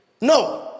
No